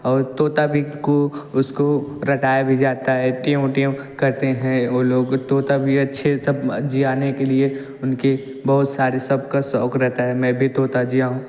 और तोता भी कु कु उसको रटाया भी जाता है ट्यों ट्यों करते हैं वो लोग तोता भी अच्छे सब जिहाने के लिए उनके बहुत सारे सब का शौक़ रहता है मैं भी तोता जिया हूँ